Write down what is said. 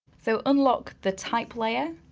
so unlock the type layer,